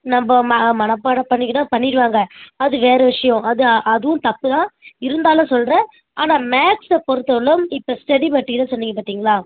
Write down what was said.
நம்ப ம மனப்பாடம் பண்ணிக்கன்னா பண்ணிவிடுவாங்க அது வேறு விஷயோம் அதுவும் அதுவும் தப்பு தான் இருந்தாலும் சொல்லுறேன் ஆனால் மேக்ஸ்ஸை பொறுத்த வரையிலும் இப்போ ஸ்டெடி மெட்டிரியல் சொன்னிங்க பார்த்திங்களா